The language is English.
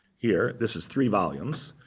here this is three volumes,